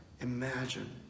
imagine